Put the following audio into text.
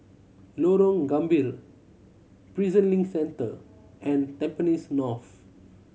Lorong Gambir Prison Link Centre and Tampines North